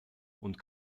und